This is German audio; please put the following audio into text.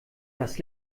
das